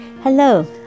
Hello